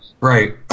Right